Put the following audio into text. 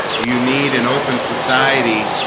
you need an open society